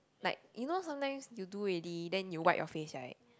like you know sometimes you do already then you wipe your face right